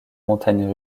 montagnes